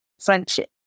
friendship